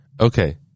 okay